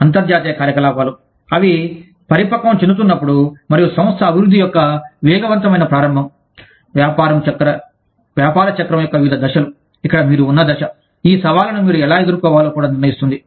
అంతర్జాతీయ కార్యకలాపాలు అవి పరిపక్వం చెందుతున్నప్పుడు మరియు సంస్థ అభివృద్ధి యొక్క వేగవంతమైన ప్రారంభం వ్యాపార చక్రం యొక్క వివిధ దశలు ఇక్కడ మీరు ఉన్న దశ ఈ సవాళ్లను మీరు ఎలా ఎదుర్కోవాలో కూడా నిర్ణయిస్తుంది